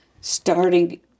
starting